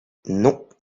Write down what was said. non